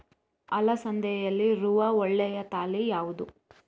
ಅಲಸಂದೆಯಲ್ಲಿರುವ ಒಳ್ಳೆಯ ತಳಿ ಯಾವ್ದು?